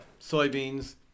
Soybeans